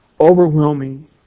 overwhelming